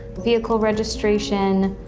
vehicle registration,